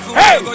hey